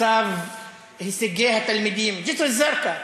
מצב הישגי התלמידים, ג'סר-א-זרקא.